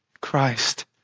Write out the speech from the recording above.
Christ